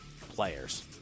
players